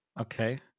Okay